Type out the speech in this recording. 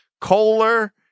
Kohler